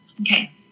Okay